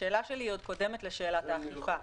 השאלה שלי קודמת לשאלת לאכיפה.